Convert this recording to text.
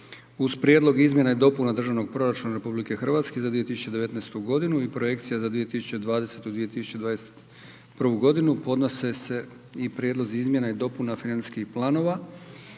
Uz Prijedlog izmjena i dopuna Državnog proračuna Republike Hrvatske za 2019. godinu i projekcija za 2020. i 2021. podnose se i: - Prijedlozi izmjena i dopuna financijskih planova